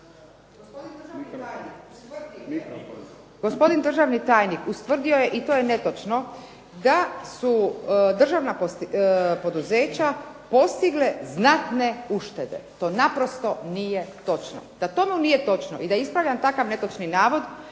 Gospodin dražvni tajnik ustvrdio je i to je netočno da su državna poduzeća postigle znatne uštede. To naprosto nije točno. Da tomu nije točno i da ispravljam takav netočni navod,